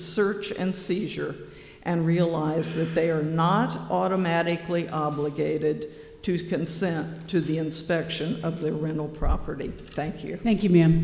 search and seizure and realize that they are not automatically obligated to consent to the inspection of their rental property thank you thank you ma'am